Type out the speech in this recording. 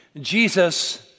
Jesus